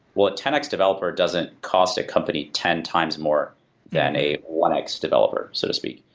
well, a ten x developer doesn't cost a company ten times more than a one x developer so to speak.